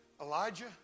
Elijah